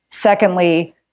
secondly